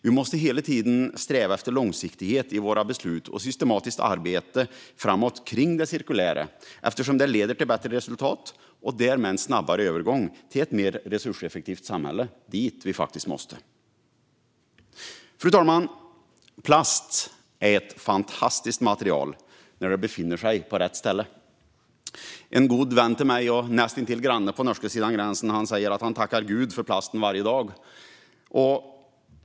Vi måste hela tiden sträva efter långsiktighet i våra beslut och systematiskt arbete framåt kring det cirkulära, eftersom det leder till bättre resultat och därmed en snabbare övergång till ett mer resurseffektivt samhälle - dit vi faktiskt måste. Fru talman! Plast är ett fantastiskt material när det befinner sig på rätt ställe. En god vän till mig och näst intill granne på norska sidan gränsen säger att han tackar Gud för plasten varje dag.